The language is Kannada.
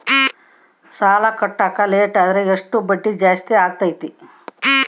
ಸಾಲ ಕಟ್ಟಾಕ ಲೇಟಾದರೆ ಎಷ್ಟು ಬಡ್ಡಿ ಜಾಸ್ತಿ ಆಗ್ತೈತಿ?